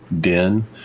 den